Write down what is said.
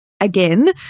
Again